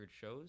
shows